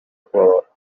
ecuador